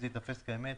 זה ייתפס כאמת.